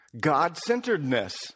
God-centeredness